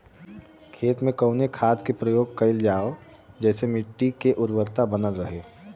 खेत में कवने खाद्य के प्रयोग कइल जाव जेसे मिट्टी के उर्वरता बनल रहे?